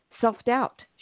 self-doubt